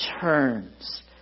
turns